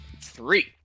three